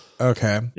okay